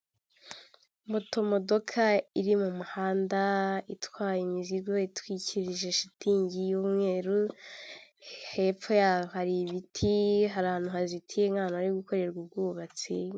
Moto modoka iri mu muhanda itwaye imizigo itwikirije shitingi y'umweru, hepfo ya hari ibiti hari hazitiye nk'ahantu hari gukorerwa ubwubatsi.